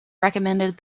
recommended